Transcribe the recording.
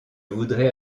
voudrais